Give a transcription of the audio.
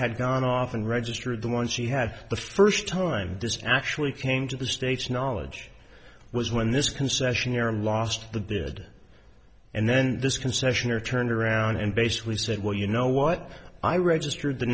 had gone off and registered the ones she had the first time this actually came to the states knowledge was when this concession arum lost the bid and then this concession or turned around and basically said well you know what i registered the